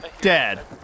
dead